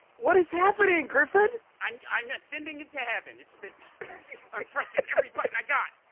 what is happening, and griffin! i'm i'm ascending into heaven. it's been i'm pressing every button i got.